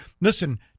Listen